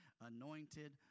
anointed